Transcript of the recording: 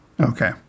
Okay